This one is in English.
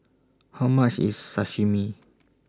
How much IS Sashimi